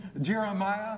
Jeremiah